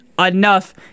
enough